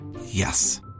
Yes